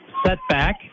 setback